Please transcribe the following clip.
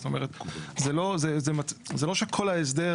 זאת אומרת שלא שכל ההסדר